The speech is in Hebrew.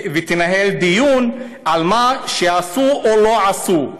ותנהל דיון על מה שעשו או לא עשו,